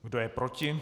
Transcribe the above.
Kdo je proti?